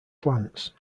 plants